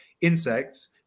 insects